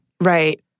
Right